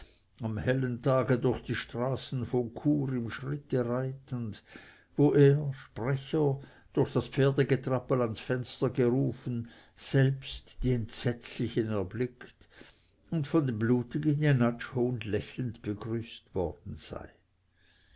am hellen tage durch die straßen von chur im schritte reitend wo er sprecher durch das pferdegetrappel ans fenster gerufen selbst die entsetzlichen erblickt und von dem blutigen jenatsch hohnlächelnd begrüßt worden sei